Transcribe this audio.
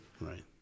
right